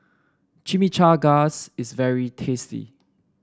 Chimichangas is very tasty